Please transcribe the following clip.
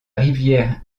rivière